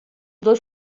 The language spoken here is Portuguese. dois